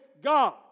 God